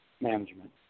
management